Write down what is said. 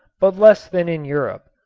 but less than in europe,